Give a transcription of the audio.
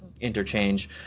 interchange